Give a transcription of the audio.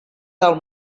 del